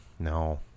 No